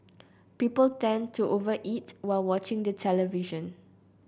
people tend to over eat while watching the television